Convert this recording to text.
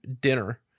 dinner